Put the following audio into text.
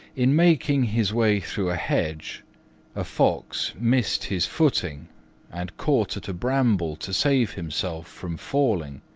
in making his way through a hedge a fox missed his footing and caught at a bramble to save himself from falling.